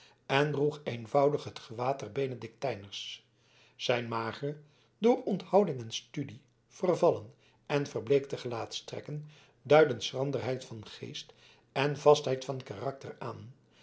en droeg eenvoudig het gewaad der benedictijners zijn magere door onthouding en studie vervallen en verbleekte gelaatstrekken duidden schranderheid van geest en vastheid van karakter aan